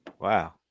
Wow